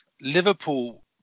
Liverpool